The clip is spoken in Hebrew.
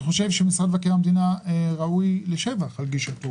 אני חושב שאת משרד מבקר המדינה ראוי לשבח על גישתו